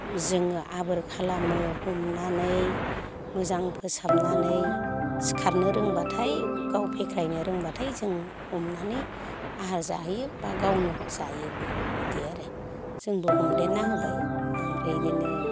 जोङो आबार खालामो हमनानै मोजां फोसाबनानै सिखारनो रोंबाथाय गाव फेख्रायनो रोंबाथाय जों हमनानै आहार जाहोयो एबा गावनो जायोबो बेदि आरो जोंबो हमदेरनानै होबाय आमफ्राय बेदिनो